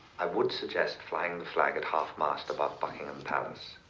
i would suggest flying the flag at half mast above buckingham palace,